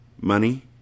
Money